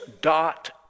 dot